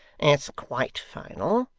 it's quite final.